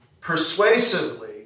persuasively